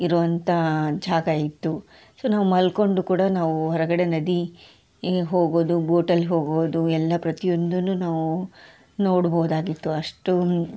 ಇರುವಂಥಾ ಜಾಗ ಇತ್ತು ಸೊ ನಾವು ಮಲ್ಕೊಂಡು ಕೂಡ ನಾವು ಹೊರಗಡೆ ನದಿ ಹೀಗೆ ಹೋಗೋದು ಬೋಟಲ್ಲಿ ಹೋಗೋದು ಎಲ್ಲಾ ಪ್ರತಿಯೊಂದುನು ನಾವು ನೋಡ್ಬೋದಾಗಿತ್ತು ಅಷ್ಟು